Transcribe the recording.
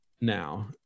now